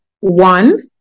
One